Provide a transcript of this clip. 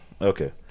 Okay